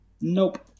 nope